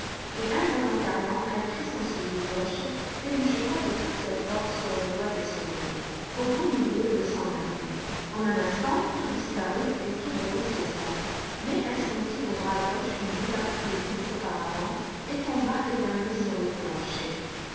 et involontairement elle prit son soulier gauche et le jeta de toutes ses forces sur le roi des souris au beau milieu de son armée au même instant tout disparut et tout bruit cessa mais elle sentit au bras gauche une douleur plus vive qu'auparavant et tomba évanouie sur le plancher